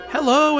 Hello